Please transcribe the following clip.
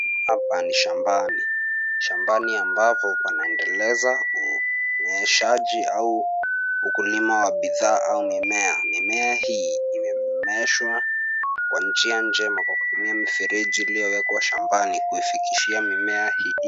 Hapa ni shambani, shambani ambapo wanaendeleza umeeshaji au ukulima wa bidhaa au mimea. Mimea hii imemeashwa kwa njia njema kwa kutumia mfereji uliowekwa shambani kuifikishia mimea hii.